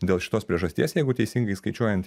dėl šitos priežasties jeigu teisingai skaičiuojant